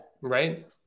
right